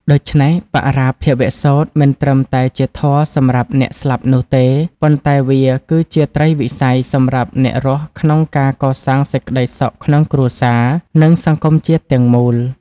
ដូច្នេះ បរាភវសូត្រមិនត្រឹមតែជាធម៌សម្រាប់អ្នកស្លាប់នោះទេ ប៉ុន្តែវាគឺជាត្រីវិស័យសម្រាប់អ្នករស់ក្នុងការសាងសេចក្ដីសុខក្នុងគ្រួសារ និងសង្គមជាតិទាំងមូល។